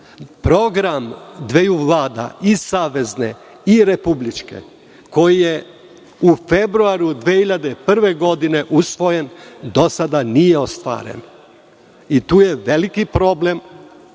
program dveju vlada, i savezne i republičke, koji je u februaru 2001. godine – do sada nije ostvaren. Tu je veliki problem koji